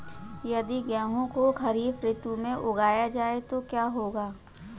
यदि गेहूँ को खरीफ ऋतु में उगाया जाए तो क्या होगा?